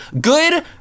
good